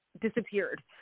disappeared